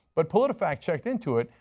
but politifact checked into it,